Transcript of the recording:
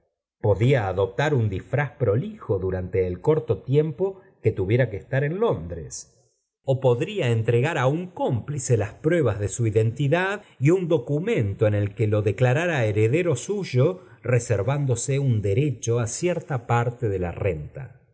podía adoptar un disfraz prolijo durante el corto tiempo que tuviera que estar en londres ó podía entregar á un cómplice laspruebas d e su identidad y un documento en el que t i declaiaralieredcr suyo reservándose un derecho á parte de la renta